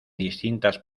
distintas